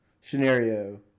scenario